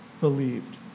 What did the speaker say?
believed